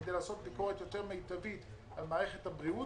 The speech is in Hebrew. וכדי לעשות ביקורת יותר מיטבית על מערכת הבריאות,